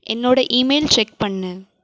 என்னோடய email check பண்ணு